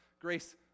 grace